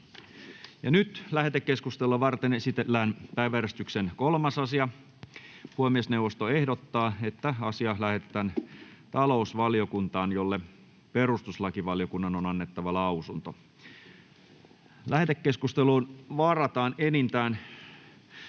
=== Lähetekeskustelua varten esitellään päiväjärjestyksen 3. asia. Puhemiesneuvosto ehdottaa, että asia lähetetään talousvaliokuntaan, jolle perustuslakivaliokunnan on annettava lausunto. Lähetekeskusteluun varataan enintään